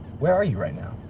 where are you right now?